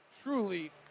truly